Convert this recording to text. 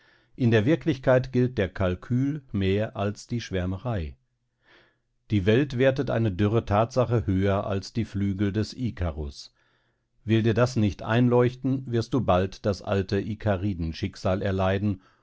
in der wirklichkeit gilt der kalkül mehr als die schwärmerei die welt wertet eine dürre tatsache höher als die flügel des ikarus will dir das nicht einleuchten wirst du bald das alte ikaridenschicksal erleiden